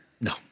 No